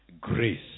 grace